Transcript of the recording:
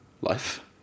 life